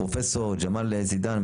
פרופסור ג'אמל זידאן,